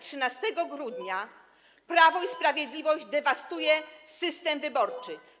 13 grudnia Prawo i Sprawiedliwość dewastuje system wyborczy.